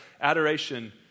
adoration